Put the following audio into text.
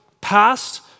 past